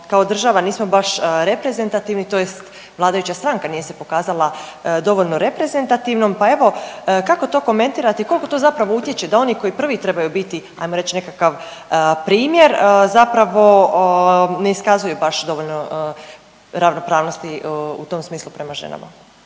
kao država nismo baš reprezentativni tj. vladajuća stranka nije se pokazala dovoljno reprezentativnom. Pa evo kako to komentirate i koliko to zapravo utječe da oni koji prvi trebaju biti, ajmo reć nekakav primjer zapravo ne iskazuju baš dovoljno ravnopravnosti u tom smislu prema ženama.